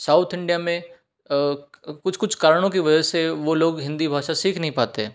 south India में कुछ कुछ कारणों की वजह से वो लोग हिंदी भाषा सीख नहीं पाते हैं